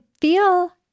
feel